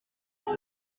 sept